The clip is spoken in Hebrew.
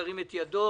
ירים את ידו.